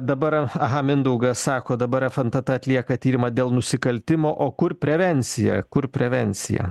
dabar aha mindaugas sako dabar fntt atlieka tyrimą dėl nusikaltimo o kur prevencija kur prevencija